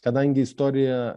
kadangi istorija